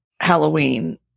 Halloween